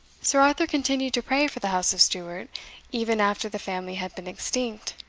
sir arthur continued to pray for the house of stuart even after the family had been extinct,